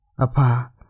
apa